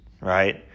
right